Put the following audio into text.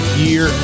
year